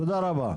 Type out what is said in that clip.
תודה רבה.